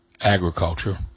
Agriculture